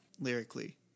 lyrically